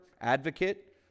advocate